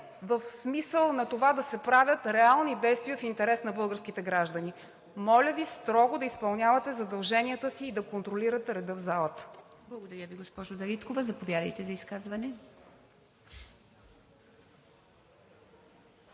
в смисъл на това да се правят реални действия в интерес на българските граждани. Моля Ви строго да изпълнявате задълженията си и да контролирате реда в залата! ПРЕДСЕДАТЕЛ ИВА МИТЕВА: Благодаря Ви, госпожо Дариткова. За изказване